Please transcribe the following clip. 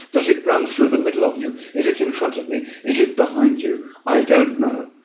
does it run through the middle of you? is it in front of me? is it behind you? i don't know.